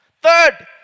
Third